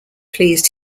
pleased